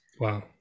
wow